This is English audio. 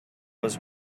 was